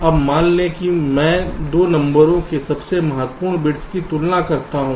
अब मान लें कि मैं 2 नंबरों के सबसे महत्वपूर्ण बिट्स की तुलना करता हूं